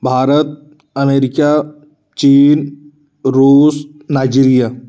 Bharat America चीन रूस Nigeria